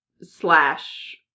slash